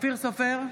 אופיר סופר,